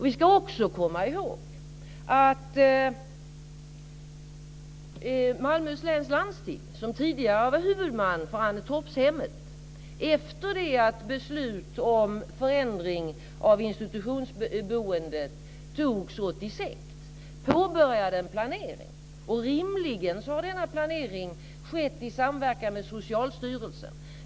Vi ska också komma ihåg att Malmöhus läns landsting, som tidigare var huvudman för Annetorpshemmet, efter det att beslut om förändring av institutionsboendet togs 1986 påbörjade en planering. Rimligen har denna planering skett i samverkan med Socialstyrelsen.